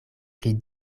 pli